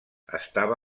estava